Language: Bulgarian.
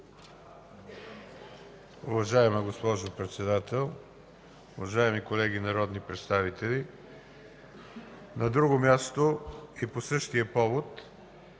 Уважаема госпожо Председател, уважаеми колеги народни представители! На друго място и по същия повод